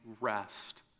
rest